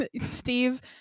Steve